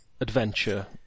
adventure